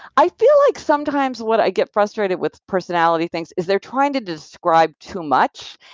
i feel like sometimes what i get frustrated with personality things is they're trying to describe too much,